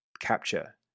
capture